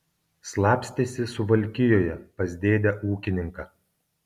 slapstėsi suvalkijoje pas dėdę ūkininką